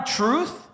truth